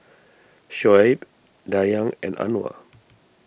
Shoaib Dayang and Anuar